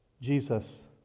Jesus